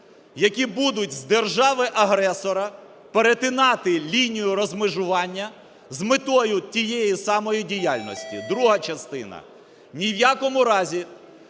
які будуть з держави-агресора перетинати лінію розмежування з метою тієї самої діяльності. Друга частина. Ні в якому разі